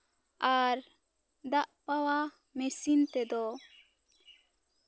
ᱟᱨ ᱫᱟᱜ ᱯᱟᱣᱟᱣ ᱢᱮᱥᱤᱱ ᱛᱮᱫᱚ